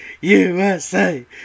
USA